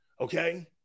okay